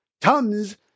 Tums